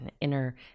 inner